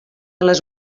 les